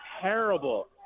terrible